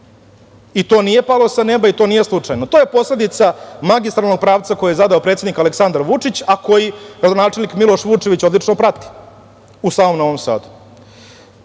To nije palo sa neba i to nije slučajno. To je posledica magistralnog pravca koji je zadao predsednik Aleksandar Vučić, a koji gradonačelnik Miloš Vučević odlično prati u samom Novom